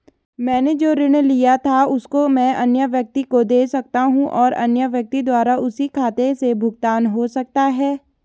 मैंने जो ऋण लिया था उसको मैं अन्य व्यक्ति को दें सकता हूँ और अन्य व्यक्ति द्वारा उसी के खाते से भुगतान हो सकता है?